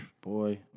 boy